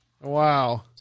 Wow